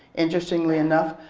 interestingly enough,